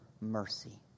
mercy